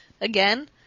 again